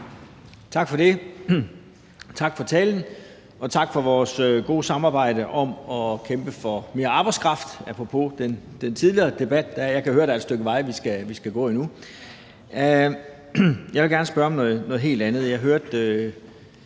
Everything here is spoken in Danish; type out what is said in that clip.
Tak for det, tak for talen, og tak for vores gode samarbejde om at kæmpe for mere arbejdskraft, apropos den tidligere debat. Jeg kan høre, at der er et stykke vej, vi skal gå endnu. Jeg vil gerne spørge om noget helt andet. Jeg hørte